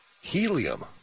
helium